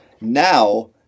now